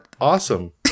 awesome